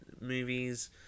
movies